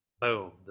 boom